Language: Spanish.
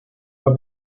fue